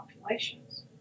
populations